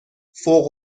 فوق